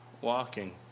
walking